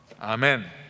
Amen